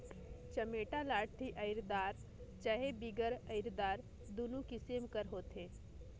चमेटा लाठी अरईदार चहे बिगर अरईदार दुनो किसिम कर होथे